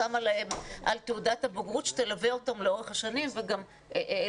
שמה להם על תעודת הבגרות שתלווה אותם לאורך השנים וגם העלינו